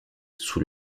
sous